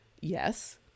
Yes